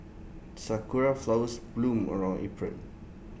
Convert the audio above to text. Sakura Flowers bloom around April